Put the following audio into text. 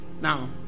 Now